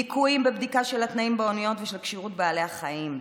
ליקויים בבדיקה של התנאים באוניות ושל כשירות בעלי החיים,